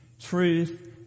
truth